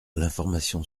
l’information